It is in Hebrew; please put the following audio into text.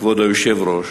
כבוד היושב-ראש: